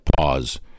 pause